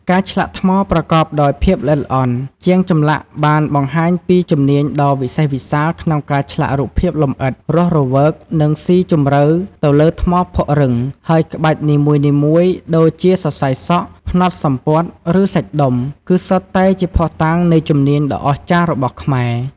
ការឆ្លាក់ថ្មប្រកបដោយភាពល្អិតល្អន់ ជាងចម្លាក់បានបង្ហាញពីជំនាញដ៏វិសេសវិសាលក្នុងការឆ្លាក់រូបភាពលម្អិត រស់រវើក និងស៊ីជម្រៅទៅលើថ្មភក់រឹង ហើយក្បាច់នីមួយៗ ដូចជាសរសៃសក់ ផ្នត់សំពត់ ឬសាច់ដុំ គឺសុទ្ធតែជាភស្តុតាងនៃជំនាញដ៏អស្ចារ្យរបស់ខ្មែរ។